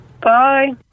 Bye